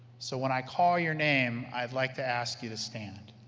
so when i call your name, i'd like to ask you to stand.